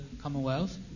Commonwealth